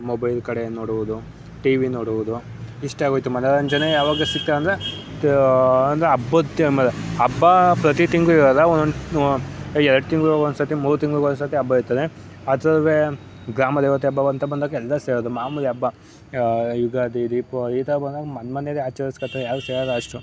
mobile ಕಡೆ ನೋಡುವುದು TV ನೋಡುವುದು ಇಷ್ಟಾಗೋಯಿತು ಮನೋರಂಜನೆ ಯಾವಾಗ ಸಿಕ್ತದೆ ಅಂದರೆ ಅಂದರೆ ಹಬ್ಬದ ಟೈಮಲ್ಲೆ ಹಬ್ಬ ಪ್ರತಿ ತಿಂಗಳು ಇರೋಲ್ಲ ಒಂದೊಂದು ಎರ್ಡು ತಿಂಗ್ಳಿಗೆ ಒಂದ್ಸರ್ತಿ ಮೂರು ತಿಂಗ್ಳಿಗೆ ಒಂದ್ಸರ್ತಿ ಹಬ್ಬ ಇರ್ತದೆ ಆ ಥರವೇ ಗ್ರಾಮದೇವತೆ ಹಬ್ಬವಂತ ಬಂದಾಗ ಎಲ್ಲ ಸೇರೋದು ಮಾಮುಲಿ ಹಬ್ಬ ಯುಗಾದಿ ದೀಪಾವಳಿ ಈ ಥರ ಬಂದಾಗ ಮನೆ ಮನೆಯಲ್ಲೆ ಆಚರ್ಸ್ಕೊಳ್ತಾರೆ ಯಾರೂ ಸೇರೋಲ್ಲ ಅಷ್ಟು